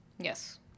Yes